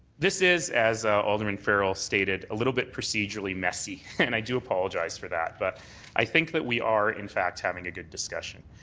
this is as alderman farrell stated a little bit procedurally messy and i do apologize for that. but i think that we are in fact having a good discussion.